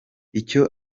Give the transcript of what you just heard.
icyo